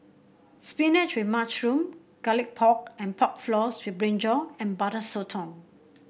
spinach with mushroom Garlic Pork and Pork Floss with brinjal and Butter Sotong